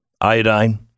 Iodine